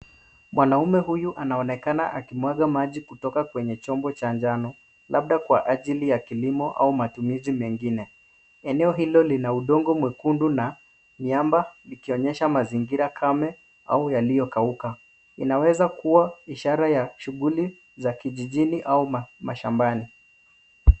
Mwanaume huyu anaonekana akimwaga maji kutoka kwenye chombo cha njano, labda kwa ajili ya kilimo au matumizi mengine. Eneo hilo lina udongo mwekundu na miamba ikionyesha mazingira kame au yalyokauka. Inaweza kuwa ishara ya shughuli za kijijini au mashambani.